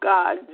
God